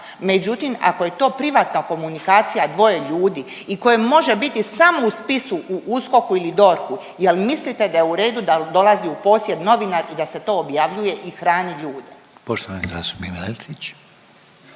međutim ako je to privatna komunikacija dvoje ljudi i koje može biti samo u spisu u USKOK-u ili DORH-u, jel mislite da je u redu da dolazi u posjed novinar i da se to objavljuje i hrani ljude?